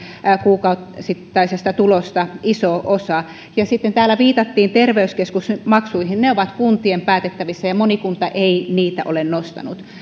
kuukausittaisesta tulosta iso osa sitten täällä viitattiin terveyskeskusmaksuihin ne ovat kuntien päätettävissä ja moni kunta ei niitä ole nostanut